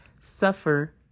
suffer